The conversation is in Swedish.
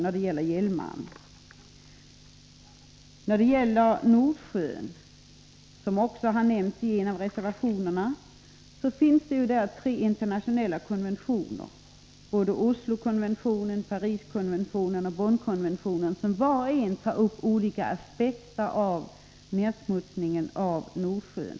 I fråga om Nordsjön, som också har nämnts i en av reservationerna, finns det tre internationella konventioner — Oslokonventionen, Pariskonventionen och Bonnkonventionen — som var och en tar upp olika aspekter på nedsmutsningen av Nordsjön.